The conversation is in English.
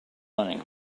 running